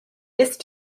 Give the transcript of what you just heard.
ist